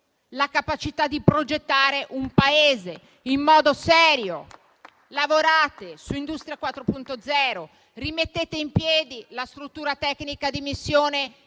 la capacità di progettare un Paese in modo serio. Lavorate su Industria 4.0, rimettete in piedi la struttura tecnica di missione